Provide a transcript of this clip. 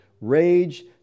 rage